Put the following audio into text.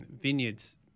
vineyards